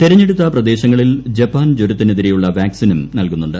തെരഞ്ഞെടുത്ത പ്രദേശങ്ങളിൽ ജപ്പാൻ ജ്ചരത്തിനെതിരെയുള്ള വാക്സിനും നൽകുന്നുണ്ട്